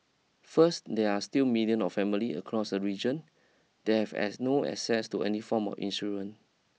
first there are still million of family across the region that have as no access to any form of insurance